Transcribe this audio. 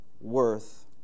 worth